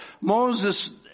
Moses